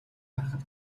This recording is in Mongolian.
харахад